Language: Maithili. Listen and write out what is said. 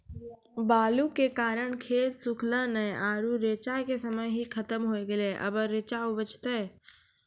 बालू के कारण खेत सुखले नेय आरु रेचा के समय ही खत्म होय गेलै, अबे रेचा उपजते?